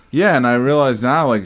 yeah, and i realize now, like,